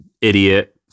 idiot